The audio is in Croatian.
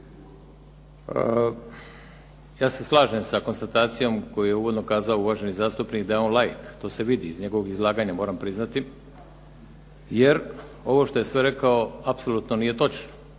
Ja se slažem sa konstatacijom koju je uvodno kazao uvaženi zastupnik da je on laik. To se vidi iz njegovog izlaganja moram priznati, jer ovo što je sve rekao apsolutno nije točno.